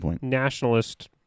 nationalist